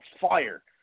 fire